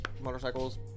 motorcycles